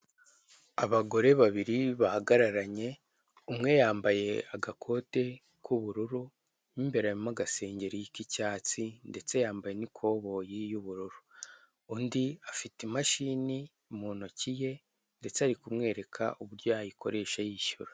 Abagore babiri bahagararanye, umwe yambaye agakote k'ubururu mo imbere harimo agasengeri k'icyatsi ndetse yambaye n'ikoboyi y'ubururu. Undi afite imashini mu ntoki ye ndetse ari kumwereka uburyo yayikoresha yishyura.